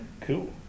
Cool